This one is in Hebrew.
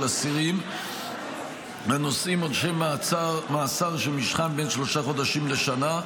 אסירים הנושאים עונשי מאסר שמשכם בין שלושה חודשים לשנה,